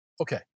okay